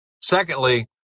Secondly